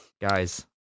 Guys